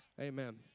Amen